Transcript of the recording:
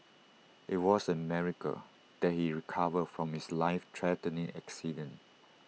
IT was A miracle that he recovered from his life threatening accident